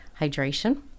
Hydration